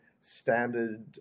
standard